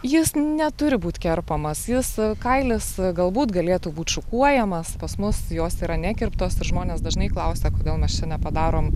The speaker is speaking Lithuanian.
jis neturi būt kerpamas jis kailis galbūt galėtų būti šukuojamas pas mus jos yra nekirptos ir žmonės dažnai klausia kodėl mes čia nepadarom